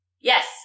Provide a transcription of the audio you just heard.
Yes